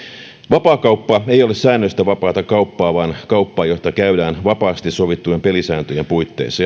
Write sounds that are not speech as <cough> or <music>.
vapaakauppa ei ole säännöistä vapaata kauppaa vaan kauppaa jota käydään vapaasti sovittujen pelisääntöjen puitteissa <unintelligible>